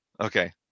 Okay